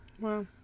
Wow